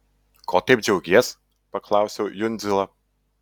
ko taip džiaugies paklausiau jundzilo